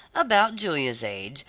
about julia's age,